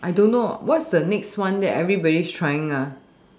I don't know what is the next one that everybody is trying ah